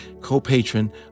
co-patron